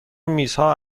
میزها